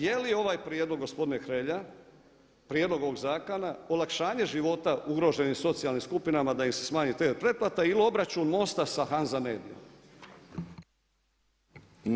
Jeli ovaj prijedlog gospodine Hrelja, prijedlog ovog zakona olakšanje života ugroženim socijalnim skupinama da im se smanji TV pretplata ili obračun MOST-a sa HANZA MEDIA-om?